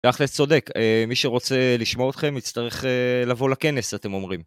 תכל'ס צודק, מי שרוצה לשמוע אותכם, יצטרך לבוא לכנס, אתם אומרים.